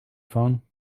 phone